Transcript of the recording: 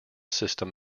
system